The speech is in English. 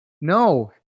No